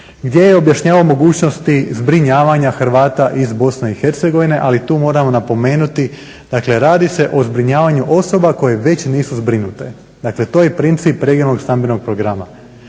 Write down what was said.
gdje je objašnjavao mogućnosti zbrinjavanja Hrvata iz BIH, ali tu moramo napomenuti dakle radi se o zbrinjavanju osoba koje već nisu zbrinute. Dakle, to je princip regionalnog stambenog programa.